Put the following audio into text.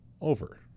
over